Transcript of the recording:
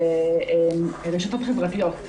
של רשתות חברתיות.